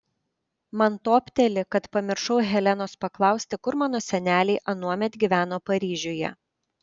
man topteli kad pamiršau helenos paklausti kur mano seneliai anuomet gyveno paryžiuje